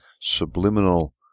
subliminal